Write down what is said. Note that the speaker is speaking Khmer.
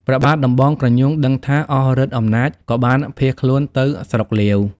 ព្រះបាទដំបងក្រញូងដឹងថាអស់ឫទ្ធិអំណាច ក៏បានភៀសខ្លួនទៅស្រុកលាវ ។